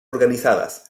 organizadas